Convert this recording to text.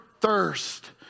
thirst